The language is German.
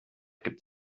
gibt